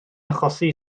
achosi